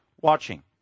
watching